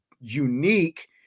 unique